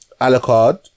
Alucard